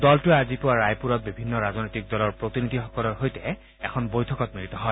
দলটোৱে আজি পুৱা ৰায়পুৰত বিভিন্ন ৰাজনৈতিক দলৰ প্ৰতিনিধিসকলৰ সৈতে এখন বৈঠকত মিলিত হয়